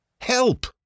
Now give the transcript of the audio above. help